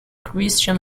christian